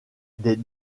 des